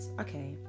Okay